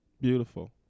Beautiful